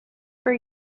for